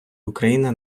україни